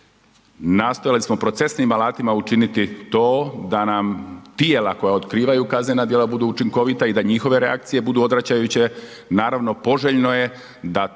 nastojali smo procesnim alatima učiniti to da nam tijela koja otkrivaju kaznena djela budu učinkovita i da njihove reakcije budu odvraćajuće, naravno poželjno je da to